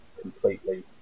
completely